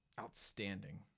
outstanding